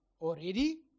Already